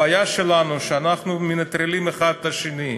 הבעיה שלנו, שאנחנו מנטרלים אחד את השני,